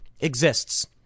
exists